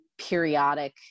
periodic